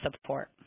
support